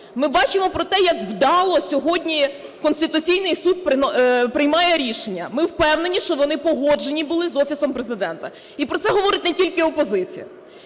Ми бачимо про те, як вдало сьогодні Конституційний Суд приймає рішення. Ми впевнені, що вони погоджені були з Офісом Президента. І про це говорить не тільки опозиція.